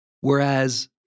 Whereas